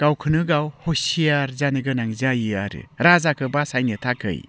गावखौनो गाव हसियार जानो गोनां जायो आरो राजाखौ बासायनो थाखाय